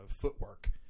footwork